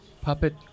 puppet